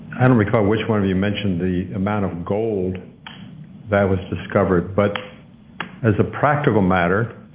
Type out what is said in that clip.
i don't recall which one of you mentioned the amount of gold that was discovered, but as a practical matter,